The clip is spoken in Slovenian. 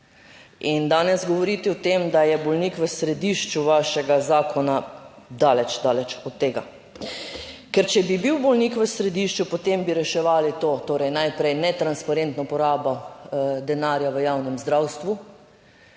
In danes govoriti o tem, da je bolnik v središču vašega zakona, daleč, daleč od tega. Ker če bi bil bolnik v središču, potem bi reševali to, torej najprej netransparentno porabo denarja v javnem zdravstvu.